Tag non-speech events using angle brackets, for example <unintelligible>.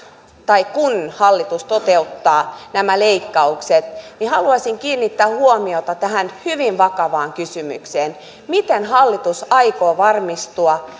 tai kun hallitus toteuttaa nämä leikkaukset niin haluaisin kiinnittää huomiota tähän hyvin vakavaan kysymykseen miten hallitus aikoo varmistua <unintelligible>